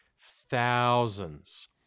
thousands